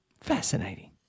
Fascinating